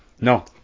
No